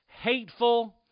hateful